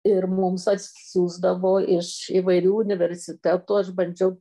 ir mums atsiųsdavo iš įvairių universitetų aš bandžiau